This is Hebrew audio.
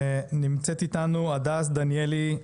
נמצאת איתנו הדס דניאלי,